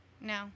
No